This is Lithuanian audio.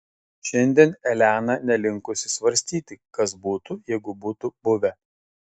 šiandien elena nelinkusi svarstyti kas būtų jeigu būtų buvę